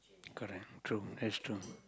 correct true it's true